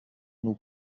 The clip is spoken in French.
nous